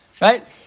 Right